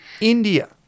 India